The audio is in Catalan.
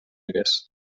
hagués